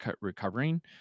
recovering